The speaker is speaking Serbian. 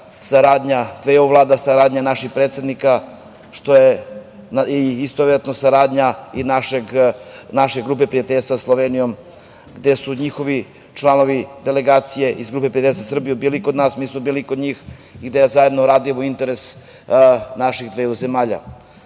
saradnja dveju vlada, saradnja našeg predsednika, što je istovetno saradnja i naše Grupe prijateljstva sa Slovenijom, gde su njihovi članovi delegacije iz Grupe 50, Srbija, bili kod nas, nisu bili kod njih, i gde zajedno radimo u interesu naših dveju